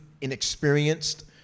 inexperienced